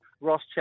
Ross